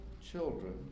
children